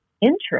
interest